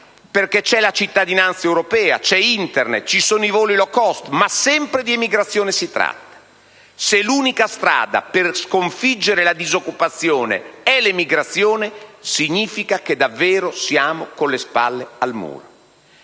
perché c'è la cittadinanza europea, c'è Internet, ci sono i voli *low cost*, ma sempre di emigrazione si tratta. Se l'unica strada per sconfiggere la disoccupazione è l'emigrazione, significa che siamo davvero con le spalle al muro.